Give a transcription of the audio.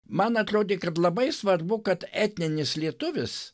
man atrodė kad labai svarbu kad etninis lietuvis